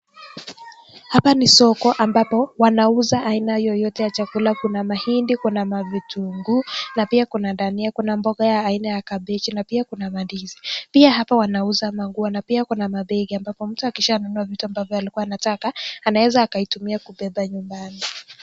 Hapa ni soko ambapo wanauza aina yeyote ya chakula. Kuna mahindi, kuna mavitunguu na pia kuna dania. Kuna mboga ya aina ya kabeji na pia kuna mandizi . Pia hapa wanauza manguo na pia kuna mabegi ambapo mtu akishanunua vitu ambavyo alikua anataka anaeza akaitumia kubeba nyumbani.